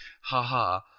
haha